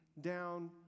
down